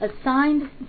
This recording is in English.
Assigned